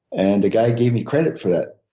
and the guy gave me credit for that,